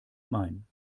mein